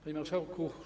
Panie Marszałku!